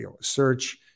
search